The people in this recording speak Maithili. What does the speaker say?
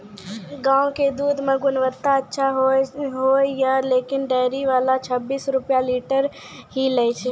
गांव के दूध के गुणवत्ता अच्छा होय या लेकिन डेयरी वाला छब्बीस रुपिया लीटर ही लेय छै?